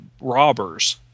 robbers